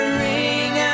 ring